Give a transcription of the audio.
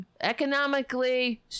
economically